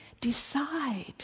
decide